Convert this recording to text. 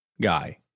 guy